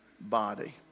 body